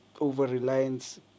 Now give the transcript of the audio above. over-reliance